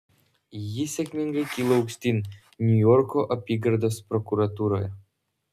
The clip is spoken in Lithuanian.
ji sėkmingai kilo aukštyn niujorko apygardos prokuratūroje